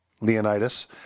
Leonidas